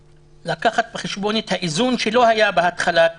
להביא בחשבון את האיזון שלא היה בהתחלת